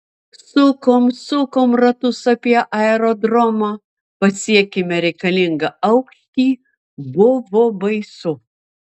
sukom sukom ratus apie aerodromą pasiekėme reikalingą aukštį buvo baisu